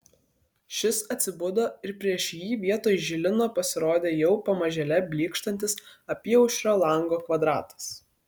šis atsibudo ir prieš jį vietoj žilino pasirodė jau pamažėle blykštantis apyaušrio lango kvadratas